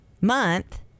month